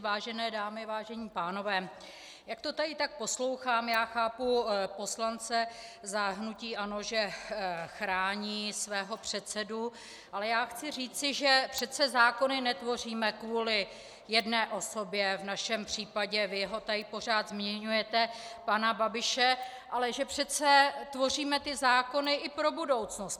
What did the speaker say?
Vážené dámy, vážení pánové, jak to tady tak poslouchám já chápu poslance za hnutí ANO, že chrání svého předsedu, ale chci říci, že přece zákony netvoříme kvůli jedné osobě, v našem případě, vy ho tady pořád zmiňujete, pana Babiše, ale že přece tvoříme ty zákony i pro budoucnost.